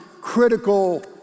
critical